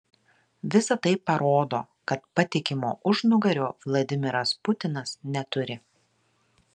visa tai parodo kad patikimo užnugario vladimiras putinas neturi